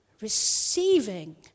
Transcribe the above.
receiving